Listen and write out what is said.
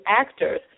actors